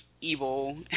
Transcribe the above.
evil